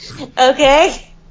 Okay